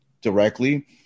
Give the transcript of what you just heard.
directly